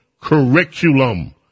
Curriculum